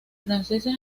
franceses